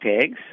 tags